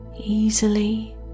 easily